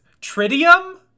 Tritium